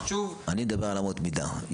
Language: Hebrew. אני מדבר על אמות מידה.